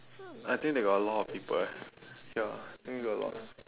I think they got a lot of people eh ya I think they got a lot